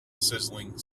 sizzling